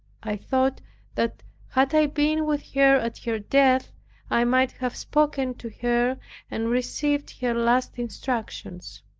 i thought that had i been with her at her death i might have spoken to her and received her last instructions.